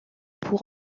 pour